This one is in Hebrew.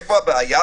איפה הבעיה?